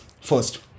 First